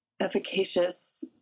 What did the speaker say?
efficacious